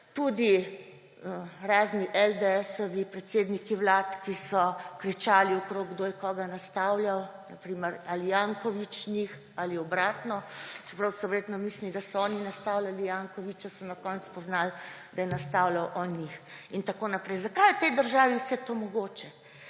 tudi razni LDS-ovi predsedniki vlad, ki so kričali okrog, kdo je koga nastavljal, na primer, ali Janković njih ali obratno, čeprav so verjetno mislili, da so oni nastavljali Jankovića, so na koncu spoznali, da je nastavljal on njih in tako naprej. Zakaj je v tej državi vse to mogoče?